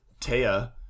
Taya